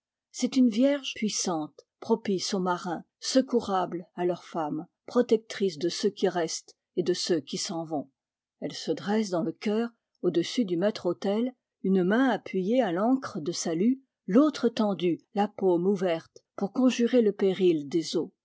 c'est une vierge puissante propice aux marins secourable à leurs femmes protectrice de ceux qui restent et de ceux qui s'en vont elle se dresse dans le chœur au-dessus du maître-autel une main appuyée à l'ancre de salut l'autre tendue la paume ouverte pour conjurer le péril des eaux